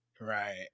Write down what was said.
right